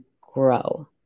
grow